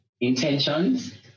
intentions